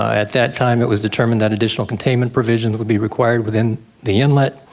at that time it was determined that additional containment provisions would be required within the inlet.